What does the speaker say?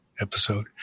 episode